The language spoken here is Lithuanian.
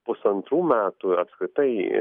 pusantrų metų ir apskritai